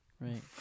right